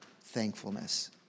thankfulness